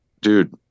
dude